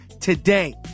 today